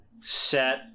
set